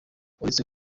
uretse